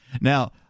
Now